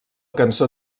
cançó